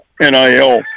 NIL